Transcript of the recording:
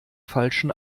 falschen